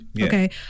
okay